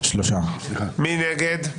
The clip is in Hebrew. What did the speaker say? מי נגד?